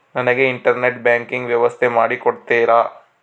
ನನಗೆ internet banking ವ್ಯವಸ್ಥೆ ಮಾಡಿ ಕೊಡ್ತೇರಾ?